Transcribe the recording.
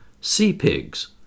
sea-pigs